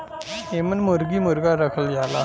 एमन मुरगी मुरगा रखल जाला